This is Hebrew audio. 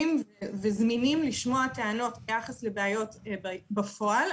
קשובים וזמינים לשמוע טענות ביחס לבעיות בפועל.